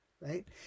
right